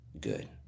good